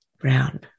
brown